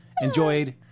enjoyed